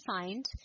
find